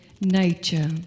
Nature